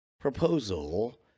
Proposal